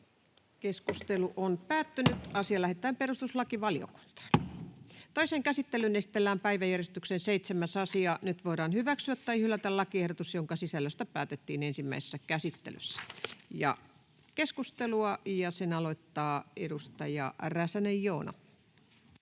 laiksi kiinteistöverolain muuttamisesta Time: N/A Content: Toiseen käsittelyyn esitellään päiväjärjestyksen 7. asia. Nyt voidaan hyväksyä tai hylätä lakiehdotus, jonka sisällöstä päätettiin ensimmäisessä käsittelyssä. — Keskustelua, ja sen aloittaa edustaja Räsänen, Joona.